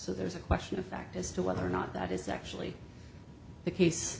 so there's a question of fact as to whether or not that is actually the case